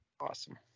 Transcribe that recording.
awesome